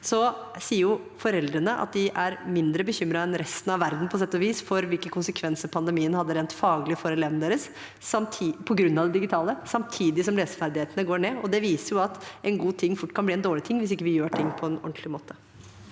digitale på sett og vis er mindre bekymret enn resten av verden for hvilke konsekvenser pandemien hadde rent faglig for elevene, samtidig som leseferdighetene går ned. Det viser at en god ting fort kan bli en dårlig ting hvis ikke vi gjør ting på en ordentlig måte.